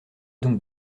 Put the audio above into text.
donc